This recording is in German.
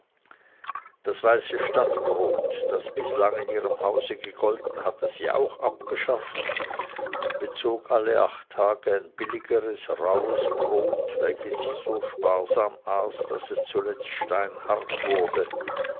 das weiße stadtbrot das bislang in ihrem hause gegolten hatte sie auch abgeschafft und bezog alle acht tage ein billigeres rauhes brot welches sie so sparsam aß daß es zuletzt steinhart wurde